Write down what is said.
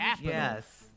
Yes